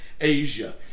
Asia